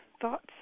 Thoughts